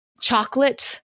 chocolate